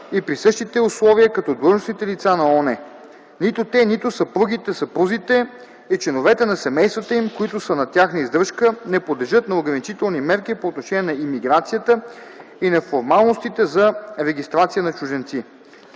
и при същите условия като длъжностните лица на ООН; нито те, нито съпругите, съпрузите и членовете на семействата им, които са на тяхна издръжка, не подлежат на ограничителни мерки по отношение на имиграцията и на формалностите за регистрация на чужденци;